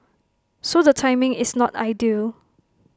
so the timing is not ideal